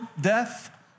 death